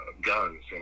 guns